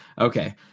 Okay